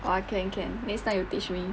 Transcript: !wah! can can next time you teach me